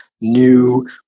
new